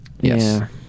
Yes